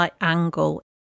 angle